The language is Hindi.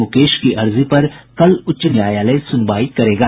मुकेश की अर्जी पर कल उच्च न्यायालय सुनवाई करेगा